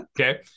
Okay